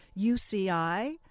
UCI